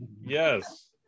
Yes